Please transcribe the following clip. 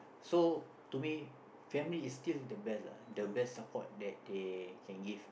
so to me family is still the best lah the best support that they can give